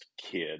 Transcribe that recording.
kid